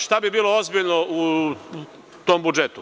Šta bi bilo ozbiljno u tom budžetu?